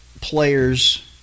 players